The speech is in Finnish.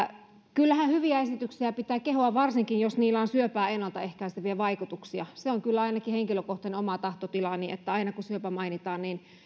kyllähän hyviä esityksiä pitää kehua varsinkin jos niillä on syöpää ennalta ehkäiseviä vaikutuksia se on kyllä ainakin oma henkilökohtainen tahtotilani että aina kun syöpä mainitaan